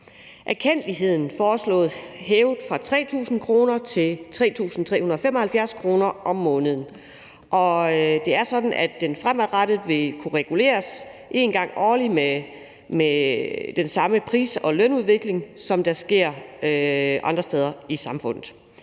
Erkendtligheden foreslås hævet fra 3.000 kr. til 3.375 kr. om måneden, og det er sådan, at den fremadrettet vil kunne reguleres en gang årligt med den samme pris- og lønudvikling, som der sker andre steder i samfundet.